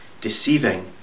deceiving